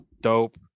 dope